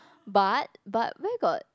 but but where got